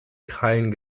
krallen